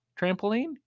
trampoline